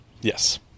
Yes